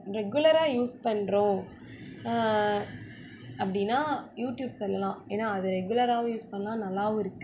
ரெகுலராக யூஸ் பண்ணுறோம் அப்படின்னா யூடியூப் சொல்லலாம் ஏன்னா அதை ரெகுலராகவும் யூஸ் பண்ணலாம் நல்லாவும் இருக்குது